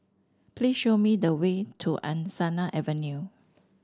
please show me the way to Angsana Avenue